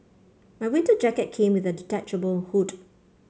my winter jacket came with a detachable hood